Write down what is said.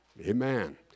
Amen